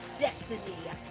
destiny